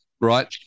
right